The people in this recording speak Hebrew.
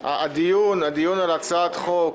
הדיון על הצעת החוק